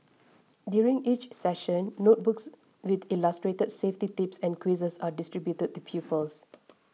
during each session notebooks with illustrated safety tips and quizzes are distributed to pupils